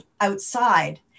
outside